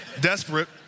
Desperate